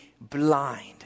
blind